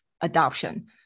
adoption